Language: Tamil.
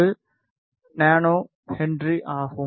8 என்ஹச் ஆகும்